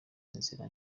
inzira